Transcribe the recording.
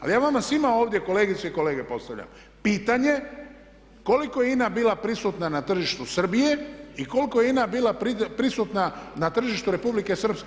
Ali ja vama svima ovdje kolegice i kolege postavljam pitanje, koliko je INA bila prisutna na tržištu Srbije i koliko je INA bila prisutna na tržištu Republike Srpske?